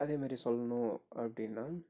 அதே மாரி சொல்லணும் அப்படின்னா